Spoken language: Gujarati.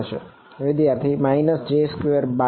વિદ્યાર્થી માઇનસ બાય